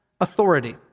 authority